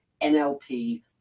nlp